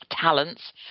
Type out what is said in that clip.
talents